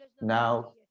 now